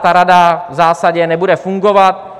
Ta rada v zásadě nebude fungovat.